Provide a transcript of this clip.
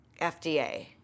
FDA